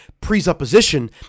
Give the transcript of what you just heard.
presupposition